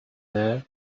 there